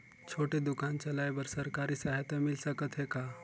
छोटे दुकान चलाय बर सरकारी सहायता मिल सकत हे का?